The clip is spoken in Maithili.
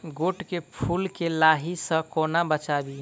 गोट केँ फुल केँ लाही सऽ कोना बचाबी?